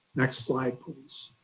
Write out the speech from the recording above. next slide please.